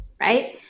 right